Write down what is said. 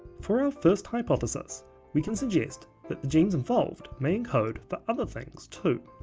for our first hypothesis we can suggest that the genes involved may encode for other things too.